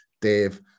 Dave